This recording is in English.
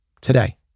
today